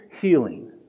healing